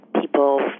people